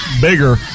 bigger